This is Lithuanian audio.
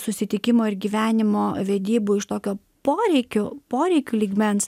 susitikimo ir gyvenimo vedybų iš tokio poreikių poreikių lygmens